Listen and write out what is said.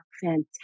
fantastic